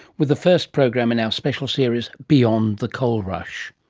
with the first program in our special series, beyond the coal rush.